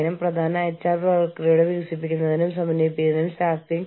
union കരാറുകൾ മുഖേനയുള്ള പ്രശ്നങ്ങൾ പ്രാദേശിക യൂണിയൻ പരിതസ്ഥിതികൾക്ക് ആശങ്കയുണ്ടാക്കുന്നുണ്ടോ